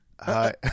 Hi